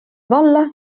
valla